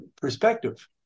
perspective